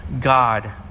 God